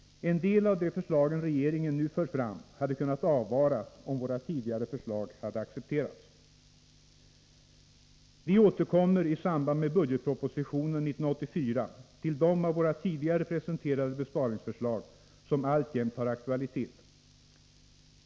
En del av de förslag regeringen nu för fram hade kunnat avvaras om våra tidigare förslag accepterats. Vi återkommer i samband med budgetpropositionen 1984 till de av våra tidigare presenterade besparingsförslag som alltjämt har aktualitet.